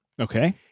Okay